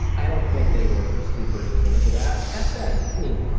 i don't think they were super attuned to that. that said, i mean,